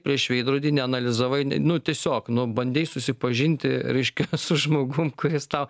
prieš veidrodį neanalizavai nu tiesiog nu bandei susipažinti reiškia su žmogum kuris tau